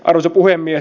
arvoisa puhemies